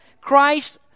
Christ